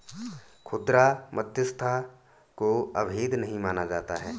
खुदरा मध्यस्थता को अवैध नहीं माना जाता है